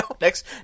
next